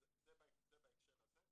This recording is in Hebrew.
זה בהקשר הזה.